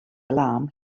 alarm